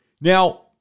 Now